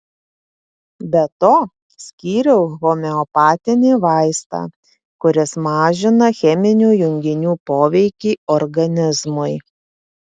be to skyriau homeopatinį vaistą kuris mažina cheminių junginių poveikį organizmui